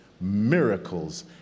Miracles